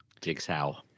Jigsaw